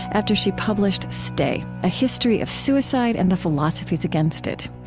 after she published stay a history of suicide and the philosophies against it.